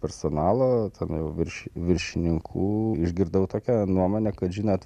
personalo ten jau virš viršininkų išgirdau tokią nuomonę kad žinot